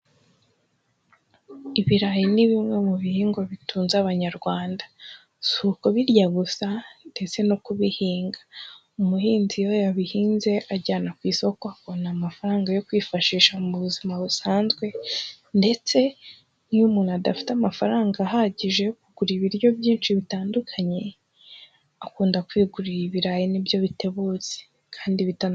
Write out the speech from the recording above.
Ibirayi ni bimwe mu bihingwa bitunze Abanyarwanda. Si ukubirya gusa ndetse no kubihinga. Umuhinzi iyo yabihinze ajyana ku isoko, akabona amafaranga yo kwifashisha mu buzima busanzwe, ndetse n'iyo umuntu adafite amafaranga ahagije yo kugura ibiryo byinshi bitandukanye, akunda kwigurira ibirayi nibyo bitebutse, kandi bitana...